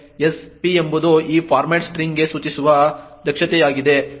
s p ಎಂಬುದು ಈ format ಸ್ಟ್ರಿಂಗ್ಗೆ ಸೂಚಿಸುವ ದಕ್ಷತೆಯಾಗಿದೆ